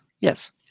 Yes